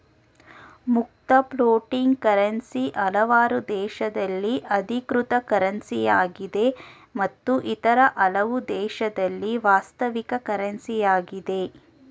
ಮುಕ್ತ floating currency ಹಲವಾರು ದೇಶದಲ್ಲಿ ಅಧಿಕೃತ ಕರೆನ್ಸಿಯಾಗಿದೆ ಮತ್ತು ಇತರ ಹಲವು ದೇಶದಲ್ಲಿ ವಾಸ್ತವಿಕ ಕರೆನ್ಸಿ ಯಾಗಿದೆ